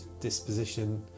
disposition